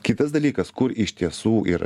kitas dalykas kur iš tiesų yra